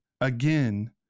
again